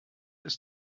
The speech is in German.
ist